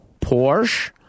Porsche